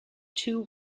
two